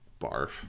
Barf